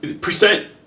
percent